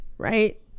Right